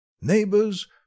Neighbors